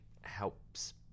helps